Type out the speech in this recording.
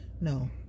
No